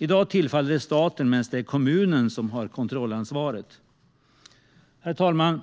I dag tillfaller det staten, medan det är kommunerna som har kontrollansvaret. Herr talman!